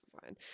fine